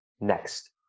next